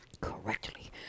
correctly